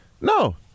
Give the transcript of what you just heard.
No